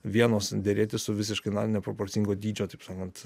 vienos derėtis su visiškai neproporcingo dydžio taip sakant